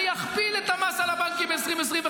אני אכפיל את המס על הבנקים ב-2025,